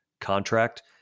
contract